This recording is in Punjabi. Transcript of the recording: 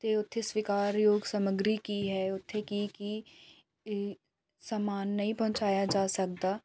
ਅਤੇ ਉੱਥੇ ਸਵੀਕਾਰਯੋਗ ਸਮੱਗਰੀ ਕੀ ਹੈ ਉੱਥੇ ਕੀ ਕੀ ਸਮਾਨ ਨਹੀਂ ਪਹੁੰਚਾਇਆ ਜਾ ਸਕਦਾ